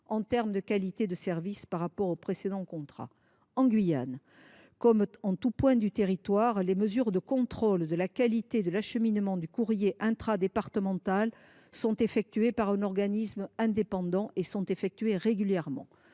en termes de qualité de service par rapport au précédent. En Guyane, comme en tout point du territoire, les mesures de contrôle de la qualité de l’acheminement du courrier intradépartemental sont effectuées régulièrement par un organisme indépendant. D’après les dernières